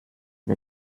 wir